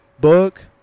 book